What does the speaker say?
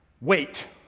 wait